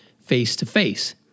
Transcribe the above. face-to-face